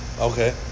Okay